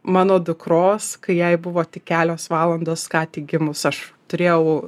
mano dukros kai jai buvo tik kelios valandos ką tik gimus aš turėjau